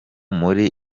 muri